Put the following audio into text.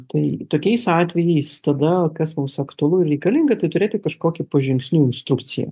tai tokiais atvejais tada kas mums aktualu ir reikalinga tai turėti kažkokį po žingsniu instrukcija